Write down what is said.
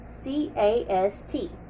C-A-S-T